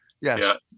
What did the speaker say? yes